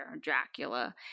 Dracula